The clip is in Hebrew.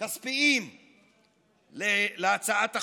כספיים להצעת החוק.